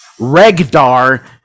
Regdar